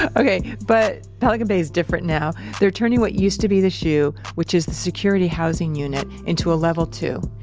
ok, but, pelican bay is different now. they're turning what used to be the shu, which is the security housing unit, into a level two,